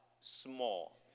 small